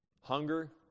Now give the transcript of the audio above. Hunger